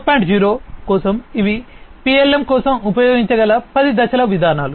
0 కోసం ఇవి PLM కోసం ఉపయోగించగల 10 దశల విధానాలు